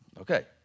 Okay